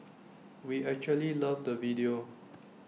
we actually loved the video